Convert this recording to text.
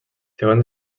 segons